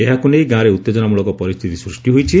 ଏହାକୁ ନେଇ ଗାଁରେ ଉଉେଜନାମୂଳକ ପରିସ୍ଥିତି ସୂଷ୍ଟି ହୋଇଛି